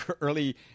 early